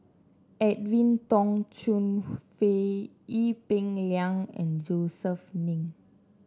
Edwin Tong Chun Fai Ee Peng Liang and Josef Ng